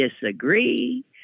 disagree